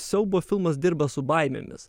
siaubo filmas dirba su baimėmis